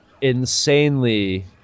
insanely